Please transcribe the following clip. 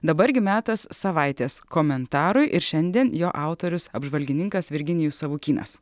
dabar gi metas savaitės komentarui ir šiandien jo autorius apžvalgininkas virginijus savukynas